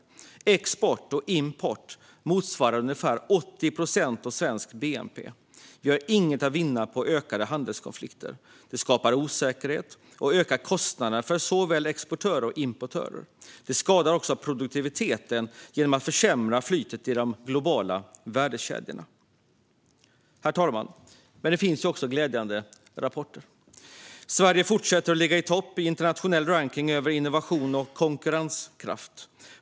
Export och import motsvarar ungefär 80 procent av svensk bnp. Vi har inget att vinna på ökade handelskonflikter. Det skapar osäkerhet och ökar kostnaderna för såväl exportörer som importörer. Det skadar också produktiviteten genom att det försämrar flytet i de globala värdekedjorna. Herr talman! Men det finns också glädjande rapporter. Sverige fortsätter att ligga i topp i internationell rankning av innovation och konkurrenskraft.